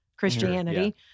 Christianity